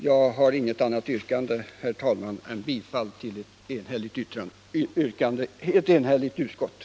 Jag har inget annat yrkande än om bifall till utskottets hemställan.